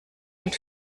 und